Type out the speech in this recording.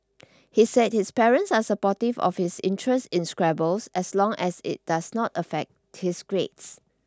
he said his parents are supportive of his interest in Scrabble as long as it does not affect his grades